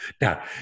Now